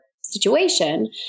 situation